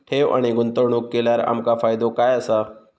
ठेव आणि गुंतवणूक केल्यार आमका फायदो काय आसा?